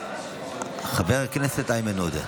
חבר הכנסת איימן עודה.